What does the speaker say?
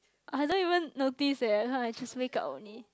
I don't even notice leh I just wake up only